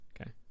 Okay